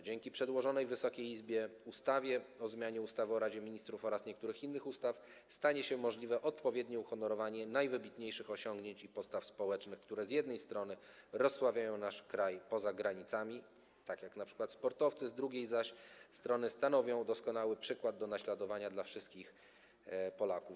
Dzięki przedłożonej Wysokiej Izbie ustawie o zmianie ustawy o Radzie Ministrów oraz niektórych innych ustaw stanie się możliwe odpowiednie uhonorowanie najwybitniejszych osiągnięć i postaw społecznych, które, z jednej strony, rozsławiają nasz kraj poza granicami, takich jak dokonania sportowców, z drugiej zaś strony, stanowią doskonały przykład do naśladowania dla wszystkich Polaków.